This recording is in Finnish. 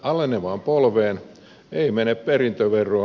alenevaan polveen ei mene perintöveroa